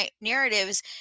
narratives